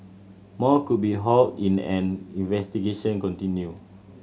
more could be hauled in an investigation continue